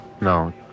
No